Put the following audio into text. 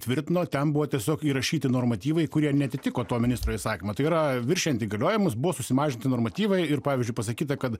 tvirtino ten buvo tiesiog įrašyti normatyvai kurie neatitiko to ministro įsakymo tai yra viršijant įgaliojimus buvo susimažinti normatyvai ir pavyzdžiui pasakyta kad